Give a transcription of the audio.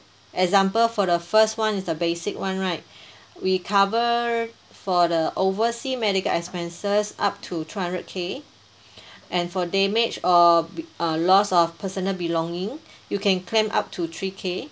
example for the first one is the basic one right we cover for the oversea medical expenses up to two hundred K and for damage or b~ uh loss of personal belonging you can claim up to three K